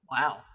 Wow